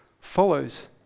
follows